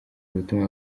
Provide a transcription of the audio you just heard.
ubutumwa